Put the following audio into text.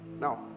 now